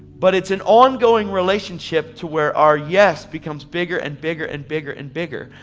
but it's an ongoing relationship to where our yes becomes bigger and bigger and bigger and bigger.